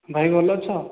ଭାଇ ଭଲ ଅଛ